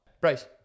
Bryce